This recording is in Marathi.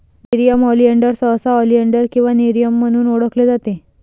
नेरियम ऑलियान्डर सहसा ऑलियान्डर किंवा नेरियम म्हणून ओळखले जाते